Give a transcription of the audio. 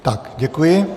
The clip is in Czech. Tak děkuji.